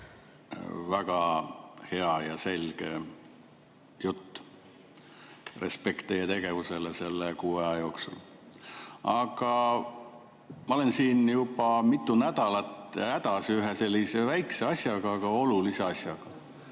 väga hea ja selge jutt! Respekt teie tegevusele selle kuu aja jooksul! Aga ma olen siin juba mitu nädalat hädas ühe sellise väikese, aga olulise asjaga.